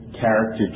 character